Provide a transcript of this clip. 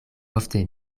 ofte